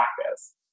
practice